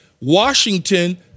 Washington